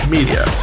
Media